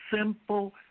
simple